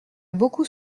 beaucoup